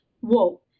whoa